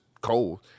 cold